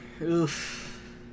oof